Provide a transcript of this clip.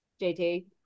JT